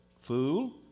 Fool